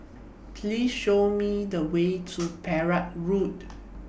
Please Show Me The Way to Perak Road